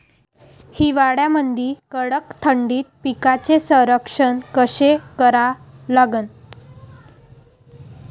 हिवाळ्यामंदी कडक थंडीत पिकाचे संरक्षण कसे करा लागन?